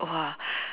!whoa!